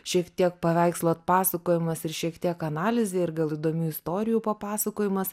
šiek tiek paveikslo atpasakojimas ir šiek tiek analizė ir gal įdomių istorijų papasakojimas